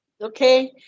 Okay